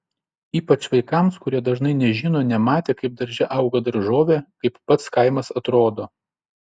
ypač vaikams kurie dažnai nežino nematę kaip darže auga daržovė kaip pats kaimas atrodo